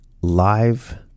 live